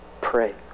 pray